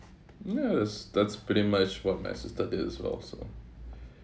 ya that's that's pretty much what my sister did as well so